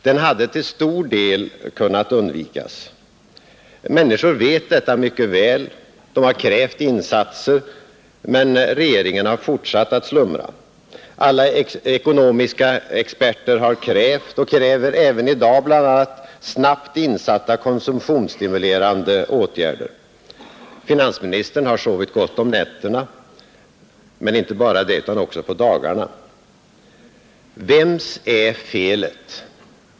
Den hade till stor del kunnat undvikas. Människor vet detta mycket väl. De har också krävt insatser, men regeringen har fortsatt att slumra. Alla ekonomiska experter har krävt och kräver även i dag bl.a. snabbt insatta konsumtionsstimulerande åtgärder. Finansministern har sovit gott inte bara om nätterna utan också på dagarna. Vems är felet?